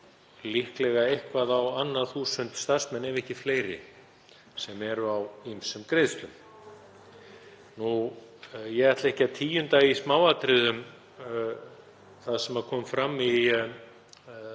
líklega eitthvað á annað þúsund starfsmenn, ef ekki fleiri, sem eru á ýmsum greiðslum. Ég ætla ekki að tíunda í smáatriðum það sem kom fram á fundum